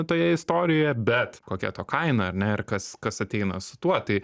toje istorijoje bet kokia to kaina ar ne ir kas kas ateina su tuo tai